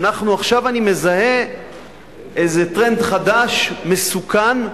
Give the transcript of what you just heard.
עכשיו אני מזהה איזה טרנד חדש, מסוכן,